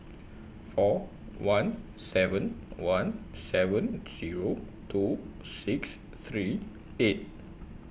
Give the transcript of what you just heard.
four one seven one seven Zero two six three eight